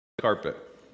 carpet